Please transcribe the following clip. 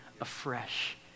afresh